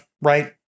right